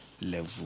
level